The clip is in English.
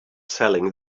selling